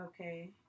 Okay